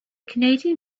canadian